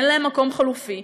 אין להם מקום חלופי,